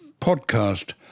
podcast